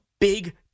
big